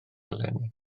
eleni